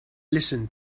listen